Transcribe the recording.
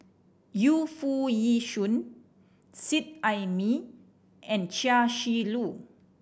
Yu Foo Yee Shoon Seet Ai Mee and Chia Shi Lu